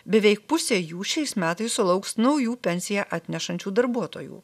beveik pusė jų šiais metais sulauks naujų pensiją atnešančių darbuotojų